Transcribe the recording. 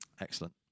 Excellent